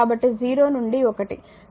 కాబట్టి 0 నుండి 1